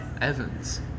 Evans